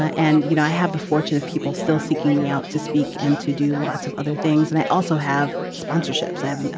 and, you know, i have the fortune of people still seeking me out to speak and to do lots of other things. and i also have sponsorships. i have